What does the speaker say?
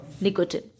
nicotine